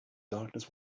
darkness